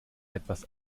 etwas